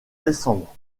décembre